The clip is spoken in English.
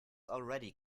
already